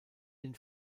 den